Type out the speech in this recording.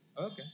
Okay